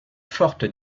forte